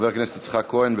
חבר הכנסת יצחק כהן.